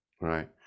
Right